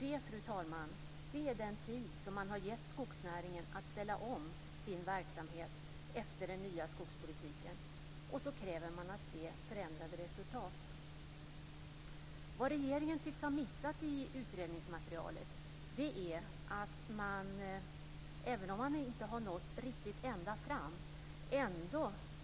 Det, fru talman, är den tid som man har gett skogsnäringen för att ställa om sin verksamhet efter den nya skogspolitiken - ändå kräver man att se förändrade resultat. Vad regeringen tycks ha missat i utredningsmaterialet är att man, även om man inte nått riktigt ända fram,